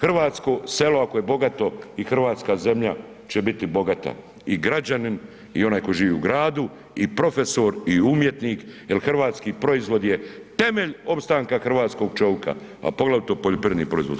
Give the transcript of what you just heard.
Hrvatsko selo ako je bogato i hrvatska zemlja će biti bogata i građanin i onaj koji živi u gradu i profesor i umjetnik jel hrvatski proizvod je temelj opstanka hrvatskog čovika, a poglavito poljoprivredni proizvod.